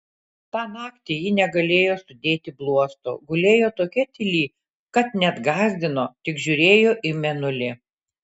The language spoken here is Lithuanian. tą naktį ji negalėjo sudėti bluosto gulėjo tokia tyli kad net gąsdino tik žiūrėjo į mėnulį